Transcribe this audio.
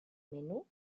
menú